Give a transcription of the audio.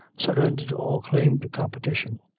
surrendered all claim to competition,